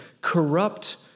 corrupt